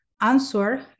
answer